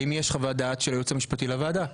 האם יש חוות דעת של הייעוץ המשפטי לוועדה.